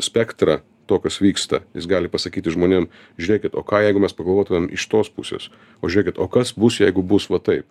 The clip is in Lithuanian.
spektrą to kas vyksta jis gali pasakyti žmonėm žiūrėkit o ką jeigu mes pagalvotumėm iš tos pusės o žiūrėkit o kas bus jeigu bus va taip